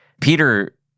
Peter